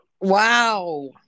Wow